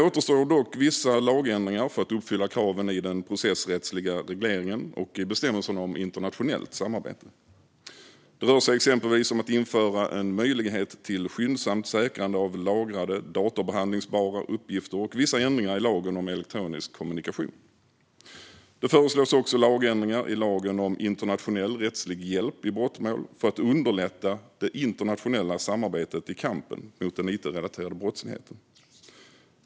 Vissa lagändringar återstår dock för att uppfylla kraven i den processrättsliga regleringen och i bestämmelserna om internationellt samarbete. Det rör sig exempelvis om att införa en möjlighet till skyndsamt säkrande av lagrade databehandlingsbara uppgifter och vissa ändringar i lagen om elektronisk kommunikation. Det föreslås också lagändringar i lagen om internationell rättslig hjälp i brottmål för att underlätta det internationella samarbetet i kampen mot den it-relaterade brottsligheten.